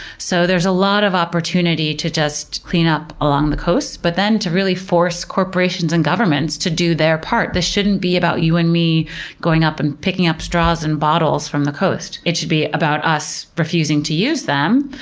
so there's a lot of opportunity to just clean up along the coast, but then to really force corporations and governments to do their part. this shouldn't be about you and me going and picking up straws and bottles from the coast it should be about us refusing to use them,